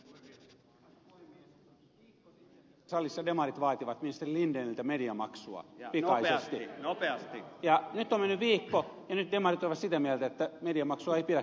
viikko sitten tässä salissa demarit vaativat ministeri lindeniltä mediamaksua pikaisesti ja nyt on mennyt viikko ja demarit ovat sitä mieltä että mediamaksua ei pidäkään ottaa käyttöön